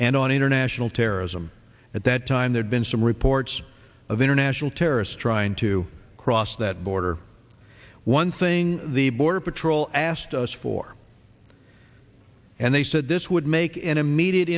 and on international terrorism at that time there's been some reports of international terrorists trying to cross that border one thing the border patrol asked us for and they said this would make an immediate